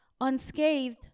unscathed